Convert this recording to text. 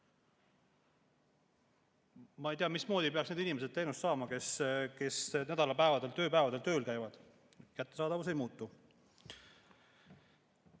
Ma ei tea, mismoodi peaks need inimesed teenust saama, kes tööpäevadel tööl käivad. "Kättesaadavus ei muutu."